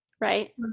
Right